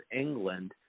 England